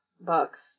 bucks